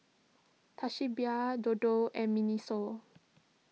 Toshiba Dodo and Miniso